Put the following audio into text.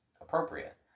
appropriate